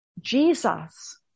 Jesus